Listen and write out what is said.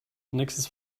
nächstes